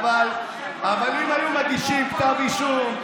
אבל אם היו מגישים כתב אישום,